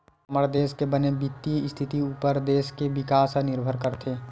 हमर देस के बने बित्तीय इस्थिति उप्पर देस के बिकास ह निरभर करथे